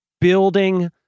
building